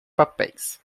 papéis